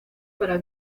para